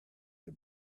his